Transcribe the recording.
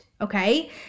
okay